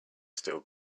still